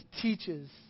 teaches